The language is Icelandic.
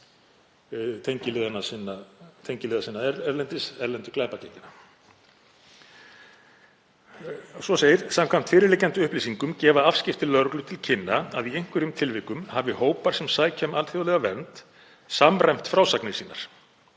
tengiliða sinna erlendis, erlendu glæpagengjanna. Svo segir: „Samkvæmt fyrirliggjandi upplýsingum gefa afskipti lögreglu til kynna að í einhverjum tilvikum hafi hópar sem sækja um alþjóðlega vernd samræmt frásagnir sínar